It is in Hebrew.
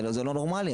זה לא נורמלי.